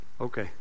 Okay